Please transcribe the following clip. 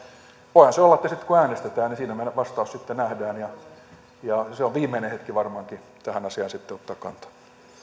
voihan se olla että sitten kun äänestetään siinä heidän vastauksensa sitten nähdään ja ja se on viimeinen hetki varmaankin tähän asiaan sitten ottaa kantaa